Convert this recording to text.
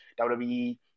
WWE